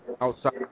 outside